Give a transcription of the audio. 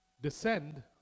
Descend